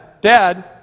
dad